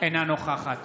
אינה נוכחת